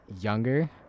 younger